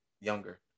Younger